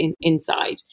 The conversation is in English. inside